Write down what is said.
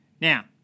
Now